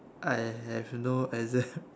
I have no exam